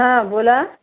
हां बोला